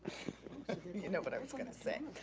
you know what i was gonna say.